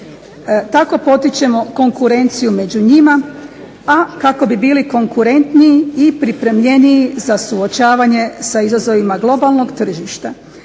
Tako potičemo konkurenciju među njima, a kako bi bili konkurentniji i pripremljeniji za suočavanje sa izazovima globalnog tržišta.